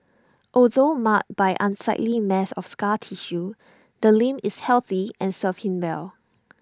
although marred by unsightly mass of scar tissue the limb is healthy and serves him well